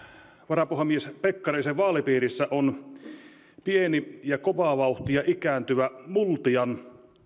varapuhemies pekkarisen vaalipiirissä on pieni ja kovaa vauhtia ikääntyvä multian kunta